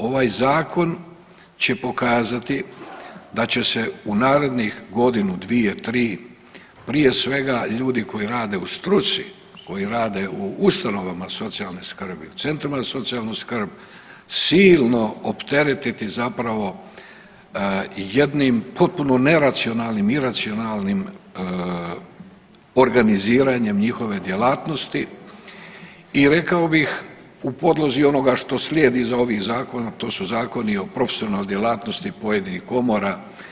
Ovaj zakon će pokazati da će se u narednih godinu, dvije, tri prije svega ljudi koji rade u struci, koji rade u ustanovama socijalne skrbi, u centrima za socijalnu skrb silno opteretiti zapravo jednim potpuno iracionalnim organiziranjem njihove djelatnosti i rekao bih u podlozi onoga što slijedi iza ovih zakona to su zakoni o profesionalnoj djelatnosti pojedinih komora.